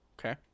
Okay